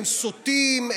הם סוטים,